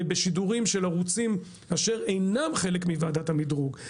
בשידורים של ערוצים אשר אינם חלק מוועדת המדרוג.